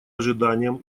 ожиданиям